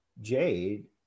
Jade